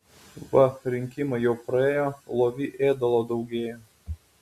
va rinkimai jau praėjo lovy ėdalo daugėja